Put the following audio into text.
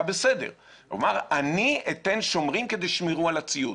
בסדר והוא אמר: אני אתן שומרים שישמרו על הציוד,